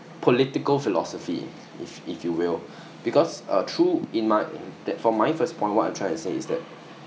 political philosophy if if you will because uh through in my that for my first point what I'm trying to say is that